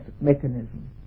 mechanism